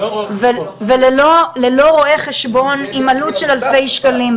וללא רואה חשבון עם עלות של אלפי שקלים.